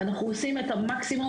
אנחנו עושים את המקסימום,